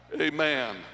Amen